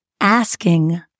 asking